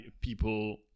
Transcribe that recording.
people